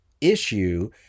issue